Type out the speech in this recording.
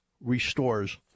restores